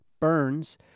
Burns